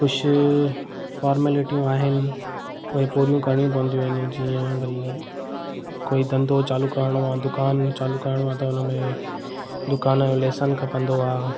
कुझु फ़ॉर्मेलिटियूं आहिनि उहे पूरी करणियूं पवंदियूं आहिनि जीअं भई कोई धंधो चालू करणो आहे दुकानु चालू करणो आहे हुन में दुकानु जो लाइसेंस खपंदो आहे